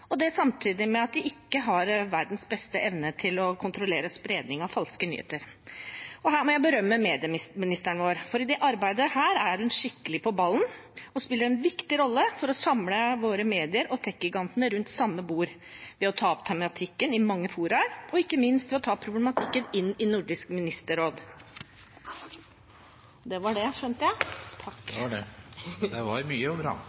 Det skjer samtidig med at de ikke har verdens beste evne til å kontrollere spredning av falske nyheter. Her må jeg berømme medieministeren vår, for i dette arbeidet er hun skikkelig på ballen og spiller en viktig rolle: ved å samle mediene våre og teknologigigantene rundt samme bord, ved å ta opp tematikken i mange fora og ikke minst ved å ta problematikken inn i Nordisk ministerråd. Jeg vil også takke ministeren for en god redegjørelse. Og det er helt riktig, veldig mye hva gjelder ytringsfrihet og